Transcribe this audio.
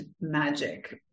magic